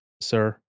Sir